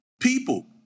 people